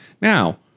Now